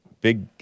big